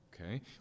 okay